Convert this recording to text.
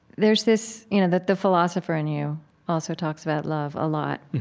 there's this, you know, that the philosopher in you also talks about love a lot.